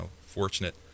fortunate